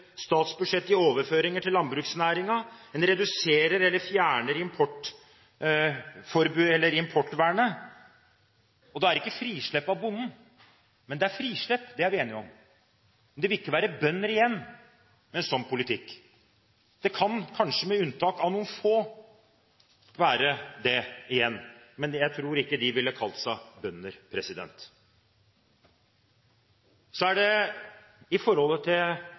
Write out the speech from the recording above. statsbudsjettet i overføringer til landbruksnæringen og reduserer eller fjerner importvernet. Da er det ikke frislipp av bonden, men det er frislipp – det er vi enige om. Det vil ikke være bønder igjen med en slik politikk. Det kan kanskje som unntak være noen få, men jeg tror ikke de ville kalt seg bønder. Så til Høyre, som jeg mener er